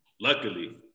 luckily